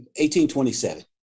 1827